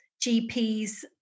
GPs